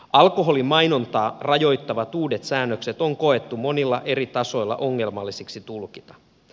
alkoholimainontaa rajoittavat uudet säännökset on koettu monilla eri tasoilla ongelmallisiksi tulkita